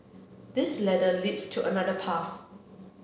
this ladder leads to another path